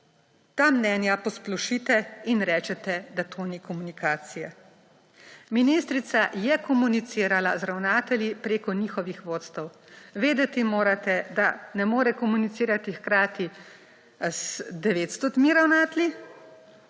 ta mnenja posplošite in rečete, da tu ni komunikacije. Ministrica je komunicirala z ravnatelji preko njihovih vodstev. Vedeti morate, da ne more komunicirati hkrati z 900 ravnatelji